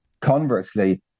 conversely